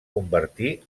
convertir